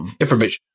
information